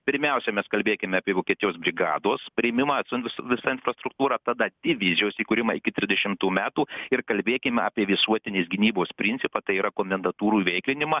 pirmiausia mes kalbėkim apie vokietijos brigados priėmimą atsiuntus visą infrastruktūrą tada įvydžiaus įkūrimą iki trisdešimtų metų ir kalbėkim apie visuotinės gynybos principą tai yra komendantūrų veiklinimą